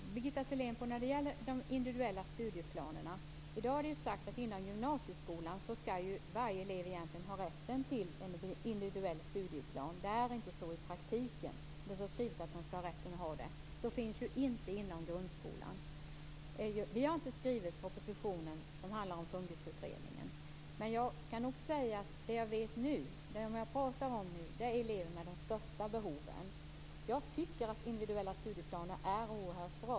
Fru talman! Jag skall svara när det gäller de individuella studieplanerna. Det står skrivet att inom gymnasieskolan skall varje elev i dag ha rätt till en individuell studieplan. Det är inte så i praktiken. Det finns inte inom grundskolan. Vi har inte skrivit propositionen som handlar om FUNKIS-utredningen. Jag pratar nu om elever med de största behoven. Jag tycker att individuella studieplaner är oerhört bra.